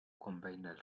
combined